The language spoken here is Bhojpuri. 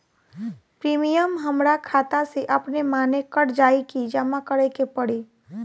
प्रीमियम हमरा खाता से अपने माने कट जाई की जमा करे के पड़ी?